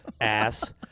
Ass